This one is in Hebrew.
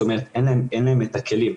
זאת אומרת אין להם את הכלים.